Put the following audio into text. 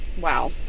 Wow